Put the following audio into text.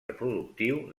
reproductiu